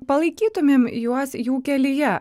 palaikytumėm juos jų kelyje